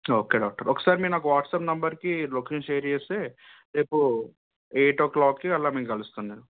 okay doctor ఒకసారి మీరు నాకు వాట్సాప్ నెంబర్కి లొకేషన్ షేర్ చేస్తే రేపు ఎయిట్ ఓ క్లాక్కి అలా నేను కలుస్తాను